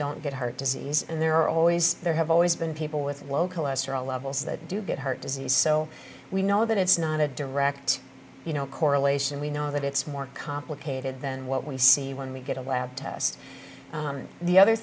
don't get heart disease and there are always there have always been people with low cholesterol levels that do get heart disease so we know that it's not a direct you know correlation we know that it's more complicated than what we see when we get a lab test the other